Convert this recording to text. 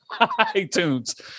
iTunes